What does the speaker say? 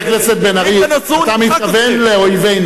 חבר הכנסת בן-ארי, אתה מתכוון לאויבינו.